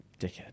Dickhead